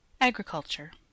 Agriculture